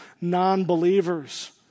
non-believers